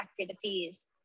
activities